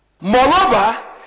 Moreover